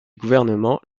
gouvernement